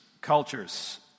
cultures